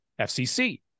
FCC